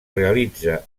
realitza